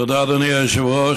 תודה, אדוני היושב-ראש.